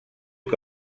que